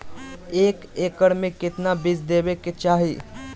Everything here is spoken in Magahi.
एक एकड़ मे केतना बीज देवे के चाहि?